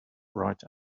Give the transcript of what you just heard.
right